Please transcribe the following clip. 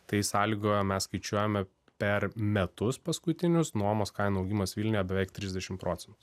tai sąlygoja mes skaičiuojame per metus paskutinius nuomos kainų augimas vilniuje beveik trisdešim procentų